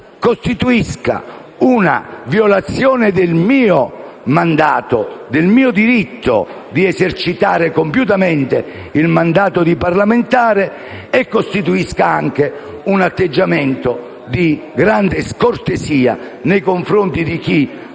costituisca una violazione del mio mandato, del mio diritto di esercitare compiutamente il mandato di parlamentare e anche un atteggiamento di grande scortesia nei confronti di chi